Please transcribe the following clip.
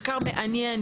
מחקר מעניין,